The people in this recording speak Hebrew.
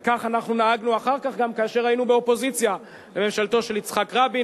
וכך אנחנו נהגנו אחר כך גם כאשר היינו באופוזיציה לממשלתו של יצחק רבין,